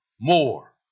more